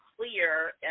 clear